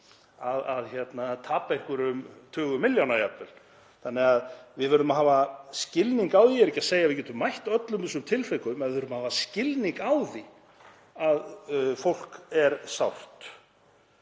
að tapa einhverjum tugum milljóna jafnvel, þannig að við verðum að hafa skilning á því. Ég er ekki að segja að við getum mætt öllum þessum tilvikum en við þurfum að hafa skilning á því að fólk er sárt.